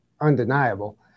undeniable